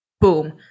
Boom